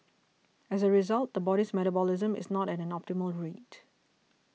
as a result the body's metabolism is not at an optimal rate